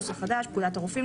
התשל"ג 1973 ; (6)פקודת הרופאים ,